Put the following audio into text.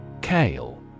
Kale